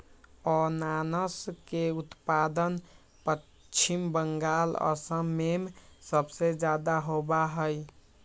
अनानस के उत्पादन पश्चिम बंगाल, असम में सबसे ज्यादा होबा हई